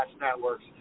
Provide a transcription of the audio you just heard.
networks